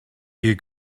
you